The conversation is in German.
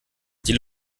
die